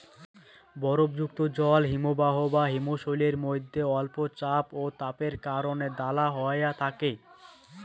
বরফযুক্ত জল হিমবাহ বা হিমশৈলের মইধ্যে অল্প চাপ ও তাপের কারণে দালা হয়া থাকে